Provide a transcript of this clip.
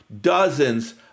dozens